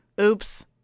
Oops